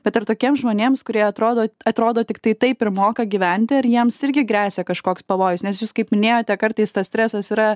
bet ar tokiems žmonėms kurie atrodo atrodo tiktai taip ir moka gyventi ar jiems irgi gresia kažkoks pavojus nes jūs kaip minėjote kartais tas stresas yra